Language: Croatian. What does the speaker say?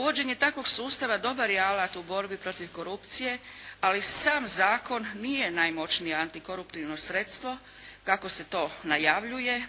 Uvođenje takvog sustava dobar je alat u borbi protiv korupcije, ali sam zakon nije najmoćnije antikoruptivno sredstvo kako se to najavljuje.